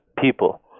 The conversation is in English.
people